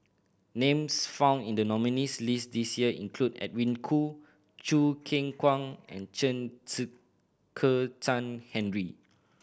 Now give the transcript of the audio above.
names found in the nominees' list this year include Edwin Koo Choo Keng Kwang and Chen Kezhan Henri